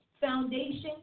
foundation